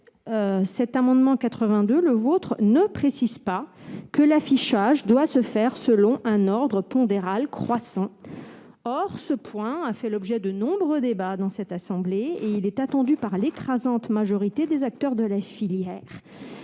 miel, l'amendement n° 82 rectifié ne précise pas que l'affichage doit se faire selon un ordre pondéral croissant. Or ce point a fait l'objet de nombreux débats dans cette assemblée et est attendu par l'écrasante majorité des acteurs de la filière.